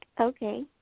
Okay